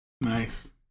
Nice